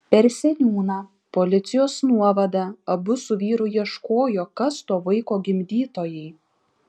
per seniūną policijos nuovadą abu su vyru ieškojo kas to vaiko gimdytojai